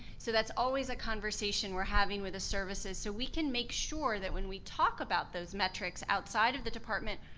so that's always a conversation we're having with the services, so we can make sure that when we talk about those metrics, outside of the department,